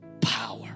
power